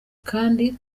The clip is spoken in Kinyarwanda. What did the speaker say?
kandi